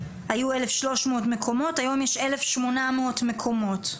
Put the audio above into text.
היו 1,300 מקומות, היום יש 1,800 מקומות.